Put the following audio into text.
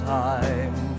time